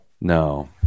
No